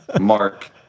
Mark